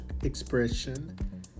expression